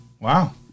wow